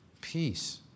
peace